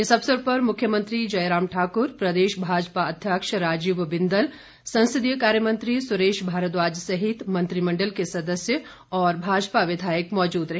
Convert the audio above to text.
इस अवसर पर मुख्यमंत्री जयराम ठाकुर प्रदेश भाजपा अध्यक्ष राजीव बिंदल संसदीय कार्यमंत्री सुरेश भारद्वाज सहित मंत्रिमण्डल के सदस्य और भाजपा विधायक मौजूद रहे